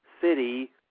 city